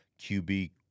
QB